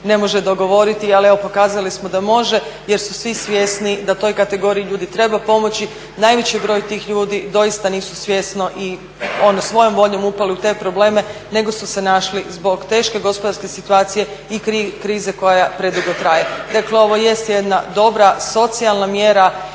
ne može dogovoriti, ali evo pokazali smo da može jer su svi svjesni da toj kategoriji ljudi treba pomoći. Najveći broj tih ljudi doista nisu svjesno i ono svojom voljom upali u te probleme nego su se našli zbog teške gospodarske situacije i krize koja predugo traje. Dakle, ovo jest jedna dobra socijalna mjera